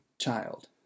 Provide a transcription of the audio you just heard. child